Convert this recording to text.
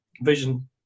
vision